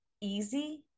easy